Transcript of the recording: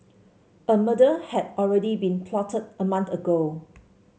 a murder had already been plotted a month ago